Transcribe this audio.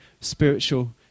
spiritual